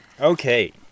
Okay